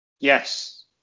Yes